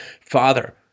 father